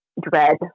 dread